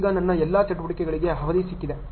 ಈಗ ನನ್ನ ಎಲ್ಲಾ ಚಟುವಟಿಕೆಗಳಿಗೆ ಅವಧಿ ಸಿಕ್ಕಿದೆ